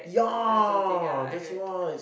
or something yeah I heard